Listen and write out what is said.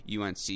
UNC